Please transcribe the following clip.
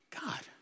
God